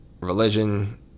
religion